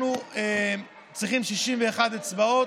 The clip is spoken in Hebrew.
אנחנו צריכים 61 אצבעות,